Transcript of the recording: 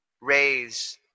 raise